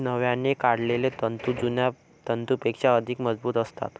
नव्याने काढलेले तंतू जुन्या तंतूंपेक्षा अधिक मजबूत असतात